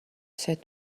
said